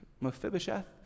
Mephibosheth